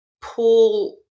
pull